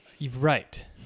Right